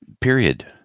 Period